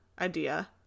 idea